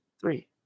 three